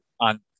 on